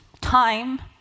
time